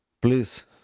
please